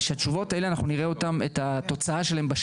ושאנחנו נראה את התוצאה של התשובות